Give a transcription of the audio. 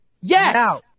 Yes